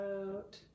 out